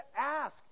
ask